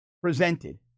presented